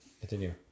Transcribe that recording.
continue